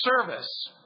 service